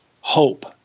hope